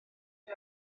dwi